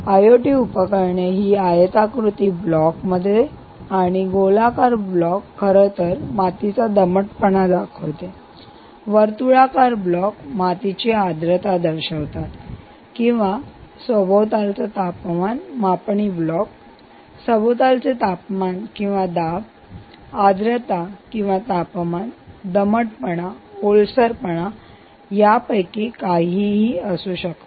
IoT उपकरणे हि आयताकृती ब्लॉक मध्ये आणि गोलाकार ब्लॉक खरंतर मातीचा दमटपणा दाखवते तर वर्तुळाकार ब्लॉक मातीची आद्रता दर्शवतात किंवा तुमचं सभोवतालचे तापमान मापणी ब्लॉक सभोवतालचे तापमान किंवा दाब आद्रता किंवा तापमान दमटपणा ओलसरपणा यापैकी काहीही असू शकते